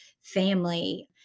family